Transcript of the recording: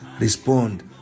respond